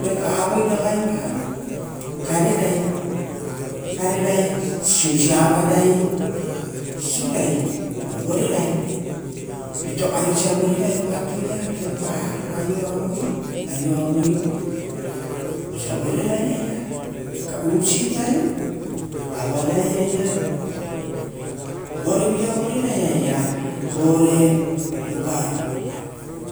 Pekavoi ragai vari karerai, karerai sisiusa avarai, sisiura, vorerai aiosa vorerai vo aitoa vo kepa aioavoi, osia vorerai aia osia usirai, avarai aia, voreviravore rai aia vore uva